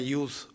use